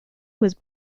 was